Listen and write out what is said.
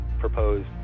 proposed